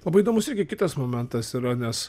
labai įdomus irgi kitas momentas yra nes